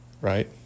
right